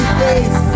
face